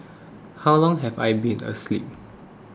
how long have I been asleep